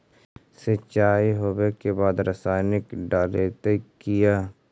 सीचाई हो बे के बाद रसायनिक डालयत किया?